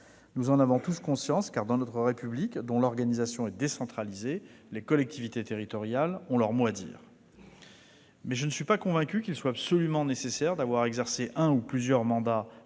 Nous en avons tous conscience, car dans notre République, dont l'organisation est décentralisée, les collectivités territoriales ont leur mot à dire. Mais je ne suis pas convaincu qu'il soit absolument nécessaire d'avoir exercé un ou plusieurs mandats